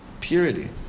purity